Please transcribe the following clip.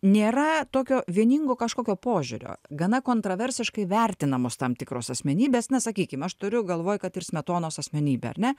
nėra tokio vieningo kažkokio požiūrio gana kontraversiškai vertinamos tam tikros asmenybės na sakykim aš turiu galvoj kad ir smetonos asmenybę ar ne